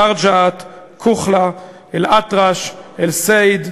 דריג'את, כוחלה, אלאטרש, אל-סייד,